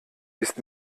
ist